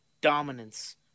dominance